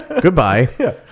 Goodbye